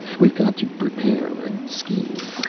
we've got to prepare and scheme.